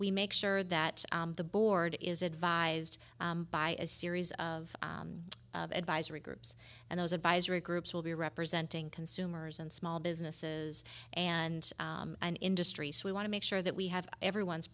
we make sure that the board is advised by a series of advisory groups and those advisory groups will be representing consumers and small businesses and industry so we want to make sure that we have everyone's